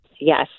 Yes